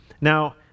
Now